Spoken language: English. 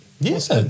Yes